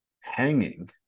hanging